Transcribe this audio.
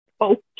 okay